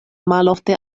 malofte